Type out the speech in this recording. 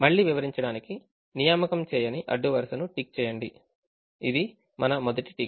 మళ్ళీ వివరించడానికి నియామకం చేయని అడ్డు వరుసను టిక్ చేయండి ఇది మన మొదటి టిక్